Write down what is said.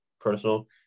personal